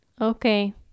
Okay